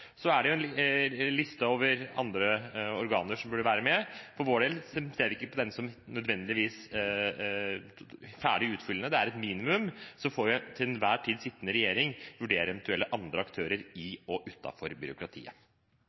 er også en liste over andre organer som burde være med. Vi ser ikke nødvendigvis på den som utfyllende, men som et minimum. Så får den til enhver tid sittende regjering vurdere eventuelle andre aktører i og utenfor byråkratiet.